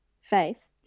faith